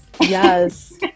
Yes